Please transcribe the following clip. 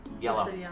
yellow